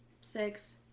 Six